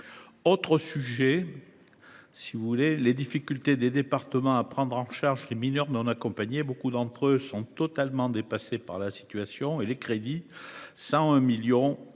autre sujet : les difficultés des départements à prendre en charge les mineurs non accompagnés. Beaucoup d’entre eux sont totalement dépassés par la situation, et les 101 millions